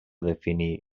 definir